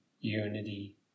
unity